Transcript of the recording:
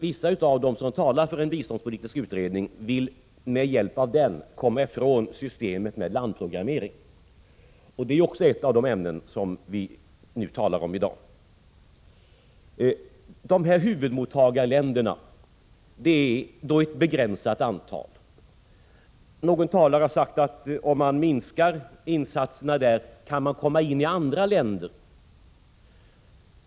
Vissa av dem som talar för en biståndspolitisk utredning vill väl med hjälp av en sådan komma ifrån systemet med landprogrammering. Det är också ett av de ämnen som vi talar om i dag. Huvudmottagarländerna är begränsade till antalet. Någon talare har sagt att om vi minskar insatserna där kan vi komma in i andra länder.